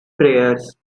prayers